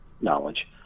knowledge